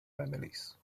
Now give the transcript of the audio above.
families